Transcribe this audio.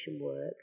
work